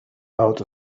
out